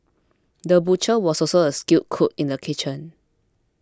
the butcher was also a skilled cook in the kitchen